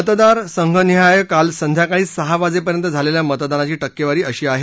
मतदार संघनिहाय काल संध्याकाळी सहा वाजेपर्यंत झालेल्या मतदानाची टक्केवारी अशी आहे